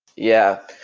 yeah.